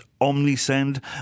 OmniSend